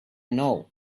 know